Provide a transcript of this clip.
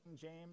James